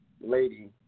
lady